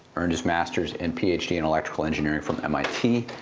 earned his masters and ph d. in electrical engineering from mit.